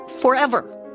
forever